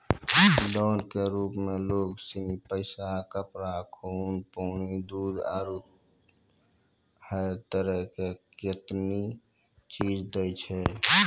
दान के रुप मे लोग सनी पैसा, कपड़ा, खून, पानी, दूध, आरु है तरह के कतेनी चीज दैय छै